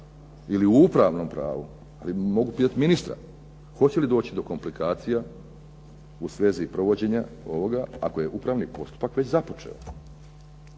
ili u upravnom pravu, ali mogu pitati ministra hoće li doći do komplikacija u svezi provođenja ovoga ako je upravni postupak već započeo?